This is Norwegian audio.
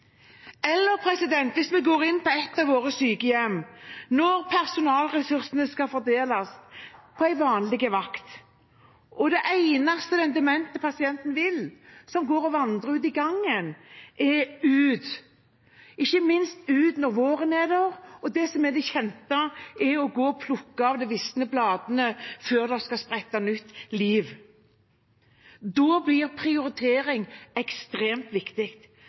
Hvis vi går inn på et av våre sykehjem når personalressursene skal fordeles på en vanlig vakt, og det eneste den demente pasienten som går og vandrer ute i gangen vil, er å komme seg ut, ikke minst når våren er der, og det som er det kjente, er å plukke av de visne bladene før det skal sprette nytt liv, da blir prioritering ekstremt viktig.